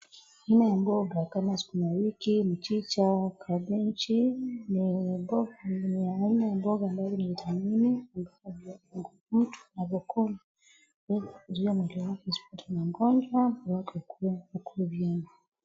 Aina ya mboga kama sukuma wiki, mchicha, kabenchi, ni aina ya mboga ambayo ina vitamini, ambayo inajenga mwili wa mtu anavyokula, na inasaidia kuzuia mwili wake usipate magonjwa na mwili wake ukue vyema.